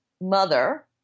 mother